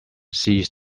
seized